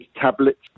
tablets